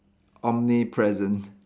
omnipresent